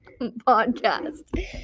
Podcast